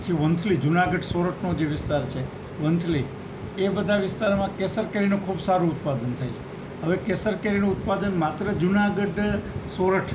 પછી વંથલી જુનાગઢ સોરઠનો જે વિસ્તાર છે વંથલી એ બધા વિસ્તારમાં કેસર કેરીનું ખૂબ સારું ઉત્પાદન થાય છે હવે કેસર કેરીનું ઉત્પાદન માત્ર જુનાગઢ સોરઠ